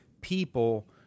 people